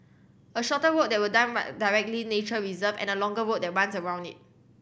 a shorter route that will directly nature reserve and a longer route that runs around it